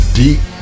deep